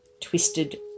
twisted